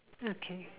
okay